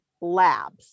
labs